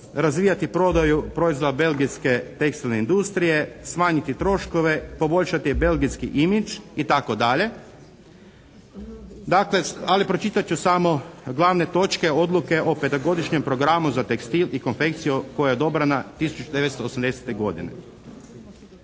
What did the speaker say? razvijati prodaju proizvoda belgijske tekstilne industrije, smanjiti troškove, poboljšati belgijski imidž itd., dakle ali pročitat ću samo glavne točke odluke o petogodišnjem programu za tekstil i konfekciju koja je odobrena 1980. godine.